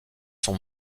sont